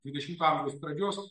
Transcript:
dvidešimto amžiaus pradžios